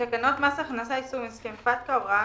"תקנות מס הכנסה (יישום הסכם פטקא) (הוראת